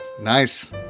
Nice